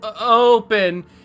open